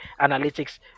analytics